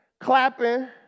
clapping